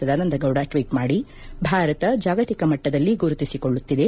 Sadananda Gowda tweet ಮಾಡಿ ಭಾರತ ಜಾಗತಿಕ ಮಟ್ಟದಲ್ಲಿ ಗುರುತಿಸಿಕೊಳ್ಳುತ್ತಿದೆ